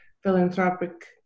philanthropic